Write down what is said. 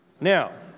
Now